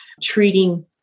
treating